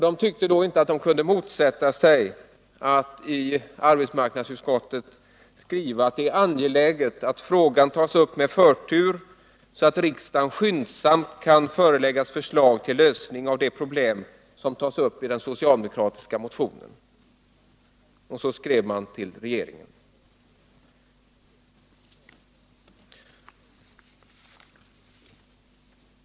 De tyckte då att de inte kunde motsätta sig ett uttalande om att det är angeläget att frågan tas upp med förtur, så att riksdagen skyndsamt kan föreläggas förslag till lösning av de problem som tas upp i den socialdemokratiska motionen. Och så skrev man till regeringen.